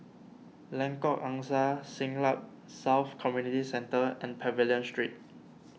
Lengkok Angsa Siglap South Community Centre and Pavilion Street